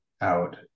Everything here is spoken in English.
out